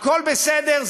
הכול בסדר.